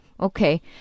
Okay